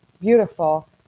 Beautiful